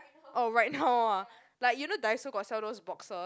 oh right now ah like you know Daiso got sell those boxes